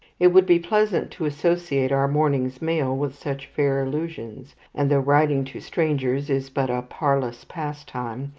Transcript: it would be pleasant to associate our morning's mail with such fair illusions and though writing to strangers is but a parlous pastime,